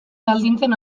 baldintzen